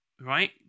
Right